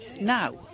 now